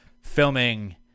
filming